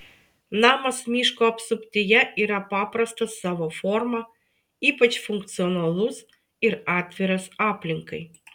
namas miško apsuptyje yra paprastas savo forma ypač funkcionalus ir atviras aplinkai